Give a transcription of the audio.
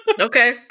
Okay